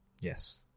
Yes